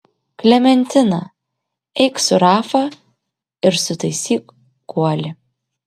klementina eik su rafa ir sutaisyk guolį